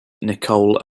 nicole